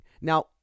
now